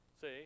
See